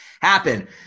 happen